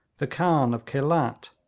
the khan of khelat,